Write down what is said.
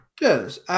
Yes